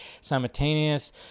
simultaneous